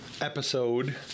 episode